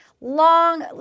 long